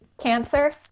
Cancer